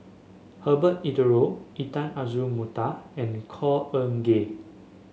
Herbert Eleuterio Intan Azura Mokhtar and Khor Ean Ghee